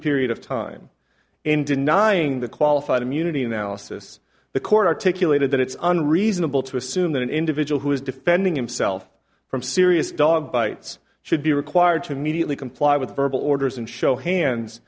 period of time in denying the qualified immunity analysis the court articulated that it's unreasonable to assume that an individual who is defending himself from serious dog bites should be required to immediately comply with verbal orders and show hands